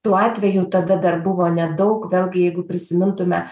tuo atveju tada dar buvo nedaug vėlgi jeigu prisimintume